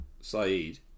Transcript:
Saeed